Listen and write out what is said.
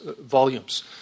volumes